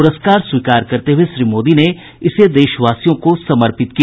पुरस्कार स्वीकार करते हुए श्री मोदी ने इसे देशवासियों को समर्पित किया